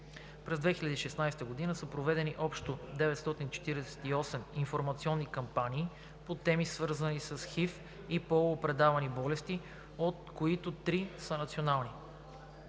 През 2016 г. са проведени общо 948 информационни кампании по теми, свързани с ХИВ и полово предавани болести, от които три са национални.